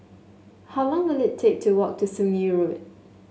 how long will it take to walk to Sungei Road